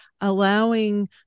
allowing